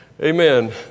Amen